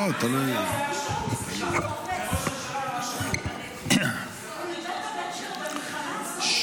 אני רוצה להשיב גם לחברת הכנסת שלי טל מירון וגם לחבר הכנסת שוסטר,